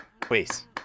please